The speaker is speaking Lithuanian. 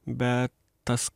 bet tas